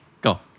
go